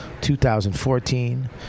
2014